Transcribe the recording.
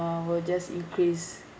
uh will just increase